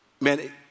man